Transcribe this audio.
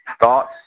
Thoughts